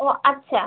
ও আচ্ছা